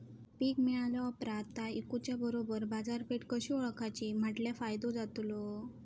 पीक मिळाल्या ऑप्रात ता इकुच्या बरोबर बाजारपेठ कशी ओळखाची म्हटल्या फायदो जातलो?